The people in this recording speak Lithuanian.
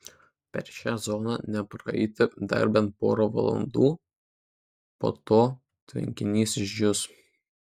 per šią zoną nepraeiti dar bent porą valandų po to tvenkinys išdžius